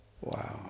Wow